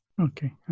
Okay